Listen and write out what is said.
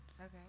Okay